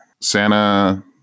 Santa